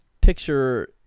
picture